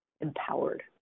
empowered